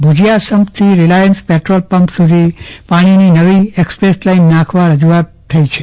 ભુજીયા સમ્પથી Reliance petrol pump સુધી પાણીની નવી એકસપ્રેસ લાઈન નાખવા રજૂઆત થઈ છે